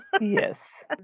yes